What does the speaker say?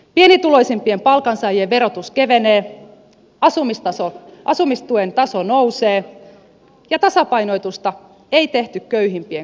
pienituloisimpien palkansaajien verotus kevenee asumistuen taso nousee ja tasapainotusta ei tehty köyhimpien kustannuksella